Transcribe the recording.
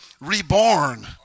reborn